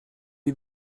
die